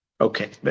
Okay